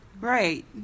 Right